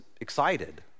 excited